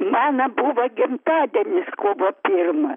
mana buva gimtadienis kovo pirmą